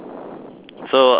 so um